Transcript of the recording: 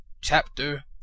Chapter